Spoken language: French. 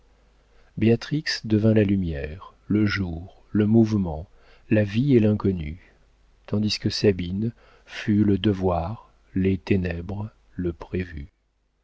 béatrix devint la lumière le jour le mouvement la vie et l'inconnu tandis que sabine fut le devoir les ténèbres le prévu